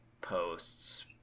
posts